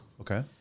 Okay